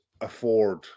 afford